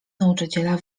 nauczyciela